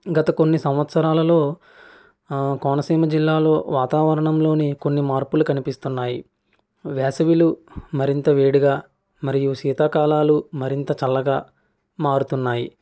గత కొన్ని సంవత్సరాలలో కోనసీమ జిల్లాలో వాతావరణంలో కొన్ని మార్పులు కనిపిస్తున్నాయి వేసవి మరింత వేడిగా మరియు శీతాకాలం మరింత చల్లగా మారుతున్నాయి